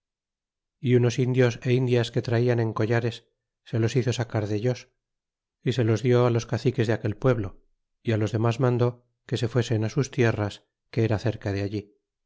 y unos indios é indias que traían en collares se los hizo sacar dellos y se los di á los caciques de aquel pueblo y los demas mandó que se fuesen sus tierras que era cerca de allí